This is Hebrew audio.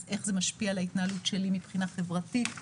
אז איך זה משפיע על ההתנהלות שלי מבחינה חברתית וכו',